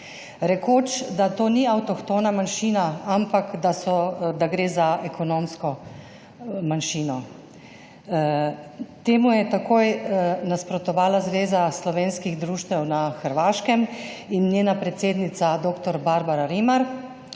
rekoč, da to ni avtohtona manjšina, ampak da gre za ekonomsko manjšino. Temu je takoj nasprotovala Zveza slovenskih društev na Hrvaškem in njena predsednica dr. Barbara Riman.